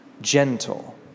gentle